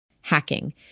Hacking